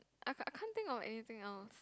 I can't I can't think of anything else